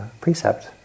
precept